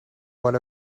what